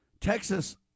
Texas